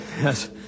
Yes